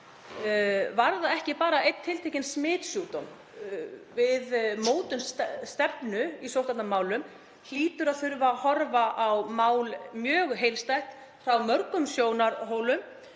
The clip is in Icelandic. varða ekki bara einn tiltekinn smitsjúkdóm. Við mótun stefnu í sóttvarnamálum hlýtur að þurfa að horfa á málið mjög heildstætt og frá mörgum sjónarhólum,